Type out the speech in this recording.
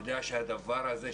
יודע שהדבר הזה,